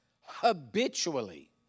habitually